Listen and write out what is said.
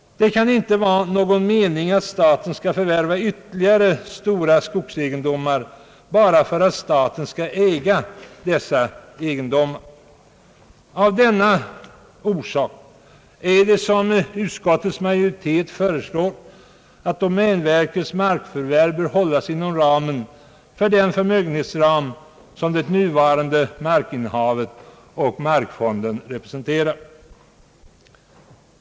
Det kan inte vara någon mening med att staten skall förvärva ytterligare stora skogsegendomar enbart för att inneha sådana. Av denna anledning föreslår utskottsmajoriteten att domänverkets markförvärv bör hållas inom den förmögenhetsram som det nuvarande markinnehavet och markfonden representerar.